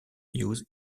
use